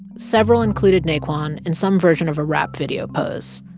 several included naquan in some version of a rap video pose,